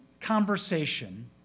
conversation